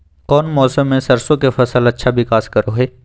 कौन मौसम मैं सरसों के फसल अच्छा विकास करो हय?